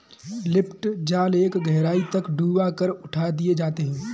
lift जाल एक गहराई तक डूबा कर उठा दिए जाते हैं